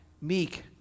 meek